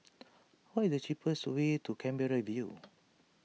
what is the cheapest way to Canberra View